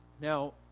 Now